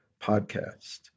podcast